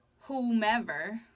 whomever